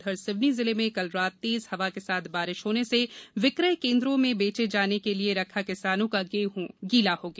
उधर सिवनी जिले में कल रात तेज हवा के साथ बारिश होने से विक्रय केंद्रों में बेचे जाने के लिए रखा किसानों का गेहं गीला हो गया